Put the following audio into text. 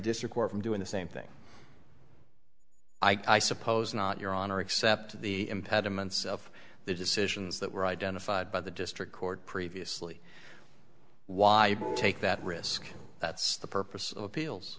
district where from doing the same thing i suppose not your honor except the impediments of the decisions that were identified by the district court previously why take that risk that's the purpose of appeals